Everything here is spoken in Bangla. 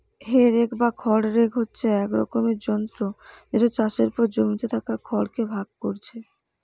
হে রেক বা খড় রেক হচ্ছে এক রকমের যন্ত্র যেটা চাষের পর জমিতে থাকা খড় কে ভাগ কোরছে